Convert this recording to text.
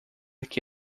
que